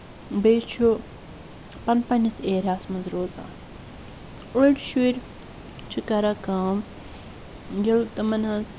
بیٚیہِ چھُ پَنٕنِس پَنٕنِس ایٚریاہَس منٛز روزان أڈۍ شُرۍ چھِ کران کٲم ییٚلہِ تِمَن ہٕنٛز